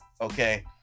Okay